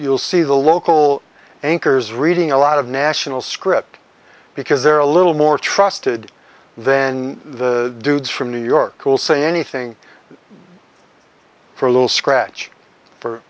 you'll see the local anchors reading a lot of national script because they're a little more trusted then the dude from new york will say anything for a little scratch for